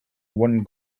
one